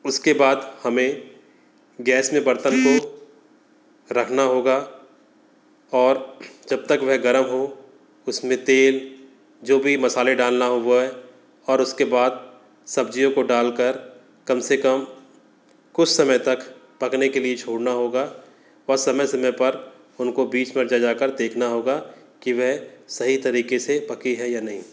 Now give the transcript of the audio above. उसके बाद हमें गैस में बर्तन को रखना होगा और जब तक वह गर्म हो उसमें तेल जो भी मसाले डालना हो वह और उसके बाद सब्ज़ियों को डाल कर कम से कम कुछ समय तक पकने के लिए छोड़ना होगा और समय समय पर उनको बीच पर जा जा कर देखना होगा की वह सही तरीके से पकी है या नहीं